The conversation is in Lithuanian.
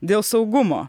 dėl saugumo